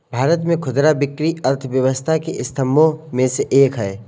भारत में खुदरा बिक्री अर्थव्यवस्था के स्तंभों में से एक है